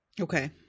Okay